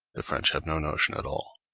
the french have no notion at all.